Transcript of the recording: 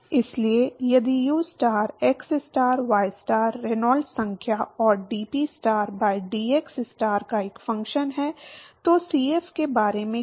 इसलिए यदि u star xstar ystar Reynolds संख्या और dPstar by dxstar का एक फ़ंक्शन है तो Cf के बारे में क्या